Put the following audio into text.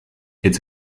its